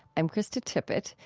i'm krista tippett.